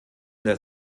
der